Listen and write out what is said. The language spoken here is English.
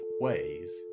ways